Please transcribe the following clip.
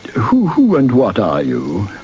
who who and what are you?